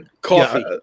coffee